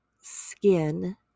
skin